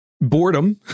boredom